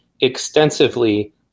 extensively